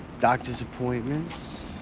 doctor's appointments.